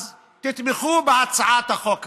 אז תתמכו בהצעת החוק הזאת.